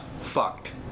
Fucked